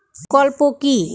সংযুক্ত কৃষক প্রকল্প কি?